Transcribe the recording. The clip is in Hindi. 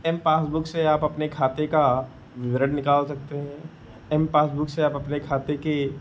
एम पासबुक से आप अपने खाते का विवरण निकाल सकते हैं एम पासबुक से आप अपने खाते के